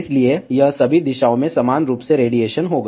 इसलिए यह सभी दिशाओं में समान रूप से रेडिएशन होगा